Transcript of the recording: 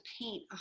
paint